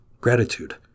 gratitude